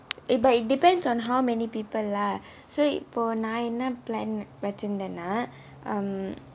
eh but it depends on how many people lah so இப்போ நான் என்ன:ippo naan enna plan வச்சிருந்தேனா:vachirunthaenaa